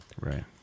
right